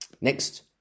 Next